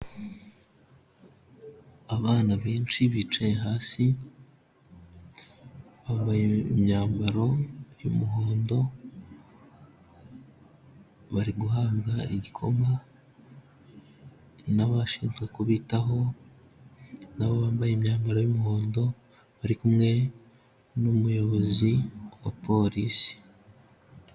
Abana benshi bicaye hasi, bambaye imyambaro y'umuhondo, bari guhabwa igikoma n'abashinzwe kubitaho na bo bambaye imyambaro y'umuhondo, bari kumwe n'umuyobozi wa Polisi.